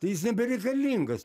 tai jis nebereikalingas